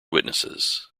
witnesses